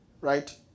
Right